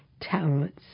talents